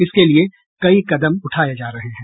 इसके लिए कई कदम उठाये जा रहे हैं